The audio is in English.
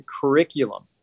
curriculum